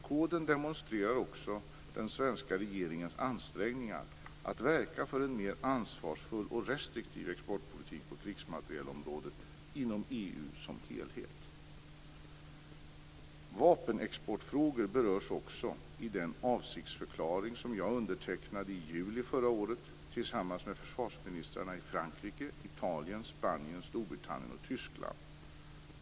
Koden demonstrerar också den svenska regeringens ansträngningar att verka för en mer ansvarsfull och restriktiv exportpolitik på krigsmaterielområdet inom Vapenexportfrågor berörs också i den avsiktsförklaring som jag undertecknade i juli förra året tillsammans med försvarsministrarna i Frankrike, Italien, Spanien, Storbritannien och Tyskland.